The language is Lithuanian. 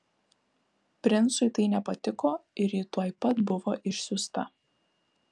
princui tai nepatiko ir ji tuoj pat buvo išsiųsta